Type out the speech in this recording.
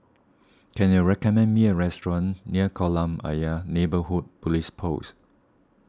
can you recommend me a restaurant near Kolam Ayer Neighbourhood Police Post